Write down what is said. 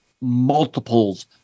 multiples